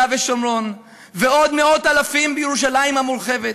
ושומרון ועוד מאות אלפים בירושלים המורחבת,